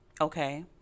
Okay